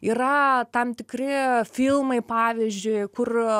yra tam tikri filmai pavyzdžiui kur